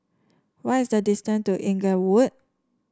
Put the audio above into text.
what is the distance to Inglewood